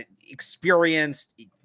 experienced